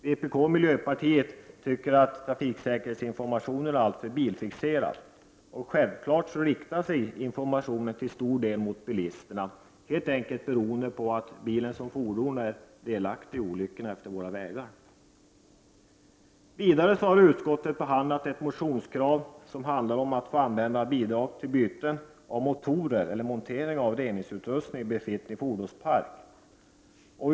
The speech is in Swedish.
Vpk och miljöpartiet tycker att trafiksäkerhetsinformationen är alltför bilfixerad. Självklart riktar sig informationen till stor del mot bilisterna, helt enkelt beroende på att bilen som fordon är delaktig i olyckor efter våra vägar. Vidare har utskottet behandlat ett motionskrav som handlar om att få använda bidrag till byten av motorer eller till montering av reningsutrustning i befintlig fordonspark.